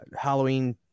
Halloween